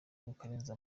ukarenza